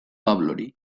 pablori